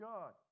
God